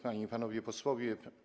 Panie i Panowie Posłowie!